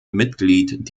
mitglied